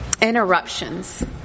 Interruptions